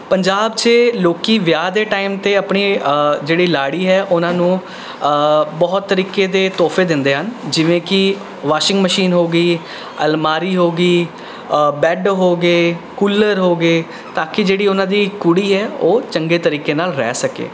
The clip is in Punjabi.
ਪੰਜਾਬ 'ਚ ਲੋਕ ਵਿਆਹ ਦੇ ਟਾਈਮ 'ਤੇ ਆਪਣੀ ਜਿਹੜੀ ਲਾੜੀ ਹੈ ਉਹਨਾਂ ਨੂੰ ਬਹੁਤ ਤਰੀਕੇ ਦੇ ਤੋਹਫ਼ੇ ਦਿੰਦੇ ਹਨ ਜਿਵੇਂ ਕਿ ਵਾਸ਼ਿੰਗ ਮਸ਼ੀਨ ਹੋ ਗਈ ਅਲਮਾਰੀ ਹੋ ਗਈ ਬੈੱਡ ਹੋ ਗਏ ਕੂਲਰ ਹੋ ਗਏ ਤਾਂ ਕਿ ਜਿਹੜੀ ਉਹਨਾਂ ਦੀ ਕੁੜੀ ਹੈ ਉਹ ਚੰਗੇ ਤਰੀਕੇ ਨਾਲ਼ ਰਹਿ ਸਕੇ